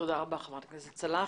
תודה רבה, חברת הכנסת סאלח.